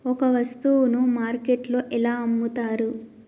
ఒక వస్తువును మార్కెట్లో ఎలా అమ్ముతరు?